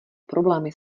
problémy